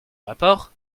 rapport